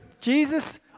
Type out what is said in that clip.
Jesus